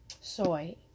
Soy